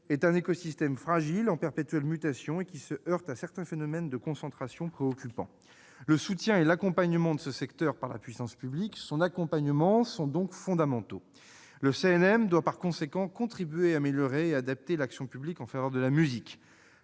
est un écosystème fragile en perpétuelle mutation, qui se heurte à certains phénomènes de concentration préoccupants. Le soutien et l'accompagnement de ce secteur par la puissance publique sont donc fondamentaux. Le CNM doit par conséquent contribuer à améliorer et adapter l'action publique en faveur de la musique.